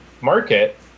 market